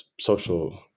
Social